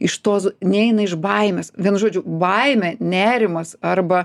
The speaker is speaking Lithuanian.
iš tos neina iš baimės vienu žodžiu baimė nerimas arba